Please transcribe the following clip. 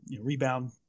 rebound